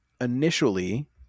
Initially